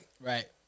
Right